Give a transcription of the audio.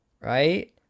right